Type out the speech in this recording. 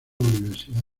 universidad